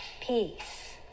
peace